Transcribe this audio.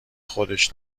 خودش